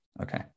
Okay